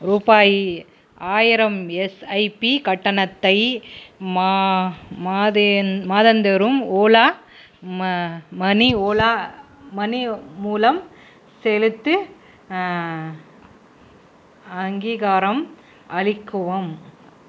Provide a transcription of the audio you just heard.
ரூபாய் ஆயிரம் எஸ்ஐபி கட்டணத்தை மாதந்தோறும் ஓலா மனி ஓலா மனி மூலம் செலுத்த அங்கீகாரம் அளிக்கவும்